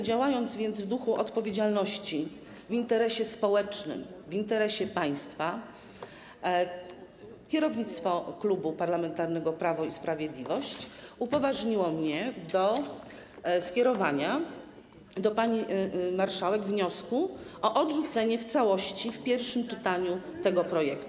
Działając więc w duchu odpowiedzialności, w interesie społecznym, w interesie państwa, kierownictwo Klubu Parlamentarnego Prawo i Sprawiedliwość upoważniło mnie do skierowania do pani marszałek wniosku o odrzucenie w całości w pierwszym czytaniu tego projektu.